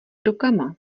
rukama